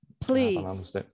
Please